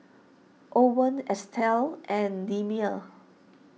Owens Estelle and Delmer